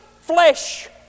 flesh